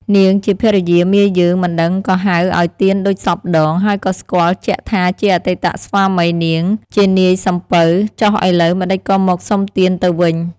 នាងជាភរិយាមាយើងមិនដឹងក៏ហៅឱ្យទានដូចសព្វដង ហើយក៏ស្គាល់ជាក់ថាជាអតីតស្វាមីនាងជានាយសំពៅ ចុះឥឡូវម្តេចក៏មកសុំទានទៅវិញ។